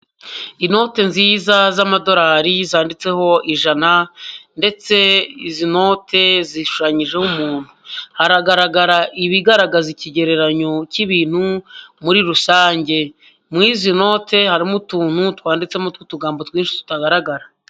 Inote nziza z'amadolari zanditseho ijana ndetse izi note zishushanyijeho umuntu, hagaragara ibigaragaza ikigereranyo cy'ibintu muri rusange, muri izi note harimo utuntu twanditsemo tw'utugambo twinshi tutagaragara.